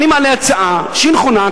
אני מעלה הצעה שהיא נכונה.